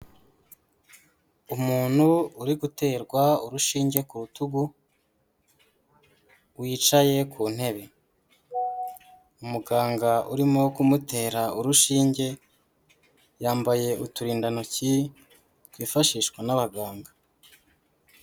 Umuntu uri guterwa urushinge ku rutugu, wicaye ku ntebe. Umuganga urimo kumutera urushinge, yambaye uturindantoki twifashishwa n'abaganga.